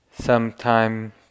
sometime